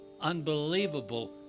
unbelievable